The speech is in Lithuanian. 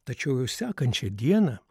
tačiau jau sekančią dieną